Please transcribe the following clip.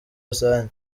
rusange